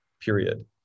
period